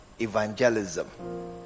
evangelism